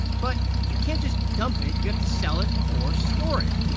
but you can't just dump it. you have to sell it or store it.